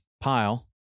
pile